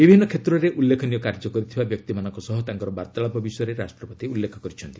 ବିଭିନ୍ନ କ୍ଷେତ୍ରରେ ଉଲ୍ଲେଖନୀୟ କାର୍ଯ୍ୟ କରିଥିବା ବ୍ୟକ୍ତିମାନଙ୍କ ସହ ତାଙ୍କର ବାର୍ତ୍ତାଳାପ ବିଷୟରେ ରାଷ୍ଟ୍ରପତି ଉଲ୍ଲେଖ କରିଛନ୍ତି